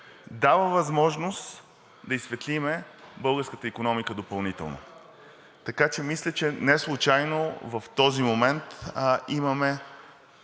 Дава възможност да изсветлим българската икономика допълнително. Мисля, че неслучайно в този момент имаме